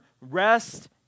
Rest